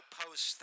post